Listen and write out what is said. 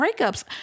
Breakups